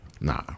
Nah